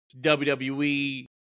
WWE